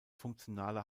funktionale